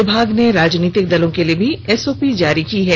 विभाग ने राजनीतिक दलों के लिए भी एसओपी जारी की है